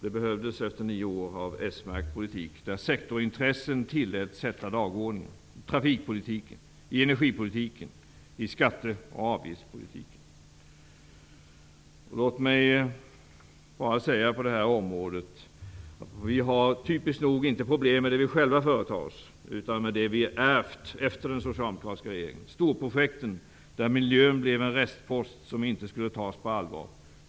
Det behövdes efter nio år av smärkt politik, där sektorintressen tilläts bestämma dagordningen, i trafikpolitiken, i energipolitiken, i skatte och avgiftspolitiken. Låt mig bara säga på detta område att vi typiskt nog inte har problem med det vi själva företar oss, utan med det vi ärvt efter den socialdemokratiska regeringen: storprojekten, där miljön blev en restpost som inte skulle tas på allvar.